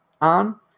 on